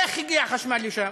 איך הגיע חשמל לשם?